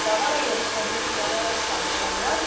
যাব লাগিব মুখাখিনি তেতিয়াহ'লে চাবগৈ লাগিব